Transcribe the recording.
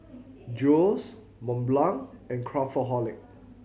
Julie's Mont Blanc and Craftholic